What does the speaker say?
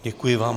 Děkuji vám.